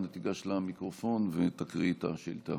אנא גש למיקרופון ותקריא את השאילתה.